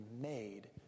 made